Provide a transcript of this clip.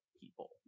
people